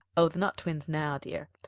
oh, they're not twins now, dear.